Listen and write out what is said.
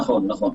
נכון.